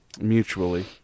mutually